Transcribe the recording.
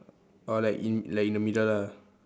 orh like in like in the middle lah